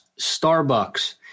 Starbucks